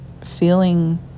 feeling